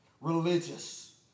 religious